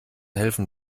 helfen